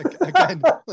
Again